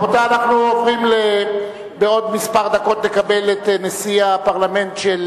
רבותי, בעוד כמה דקות נקבל את נשיא הפרלמנט של